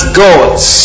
gods